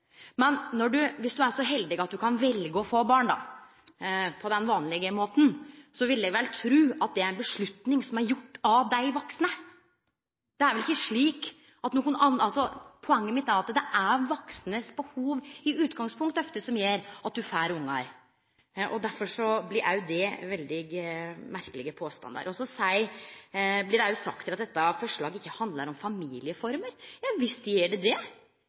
Men viss du er så heldig at du kan velje å få barn – på den vanlege måten – vil eg vel tru at det er eit val som er gjorde av dei vaksne. Poenget mitt er at det ofte er dei vaksne sitt behov som i utgangspunktet gjer at dei får ungar. Derfor blir det òg veldig merkelege påstandar. Så blir det òg sagt at dette forslaget ikkje handlar om familieformer. Visst gjer det det.